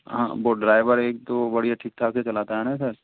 हाँ वो ड्राइवर एक तो बढ़िया ठीक ठाक ही चलाता है ना सर